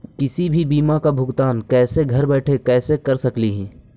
किसी भी बीमा का भुगतान कैसे घर बैठे कैसे कर स्कली ही?